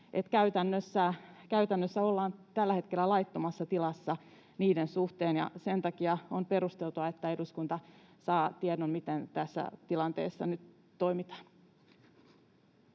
Käytännössä ollaan tällä hetkellä laittomassa tilassa niiden suhteen, ja sen takia on perusteltua, että eduskunta saa tiedon, miten tässä tilanteessa nyt toimitaan.